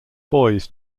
buoys